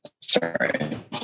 sorry